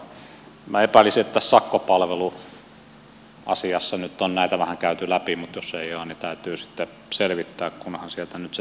minä epäilisin että tässä sakkopalveluasiassa nyt on näitä vähän käyty läpi mutta jos ei ole niin täytyy sitten selvittää kunhan sieltä nyt tulee se esitys